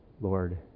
Lord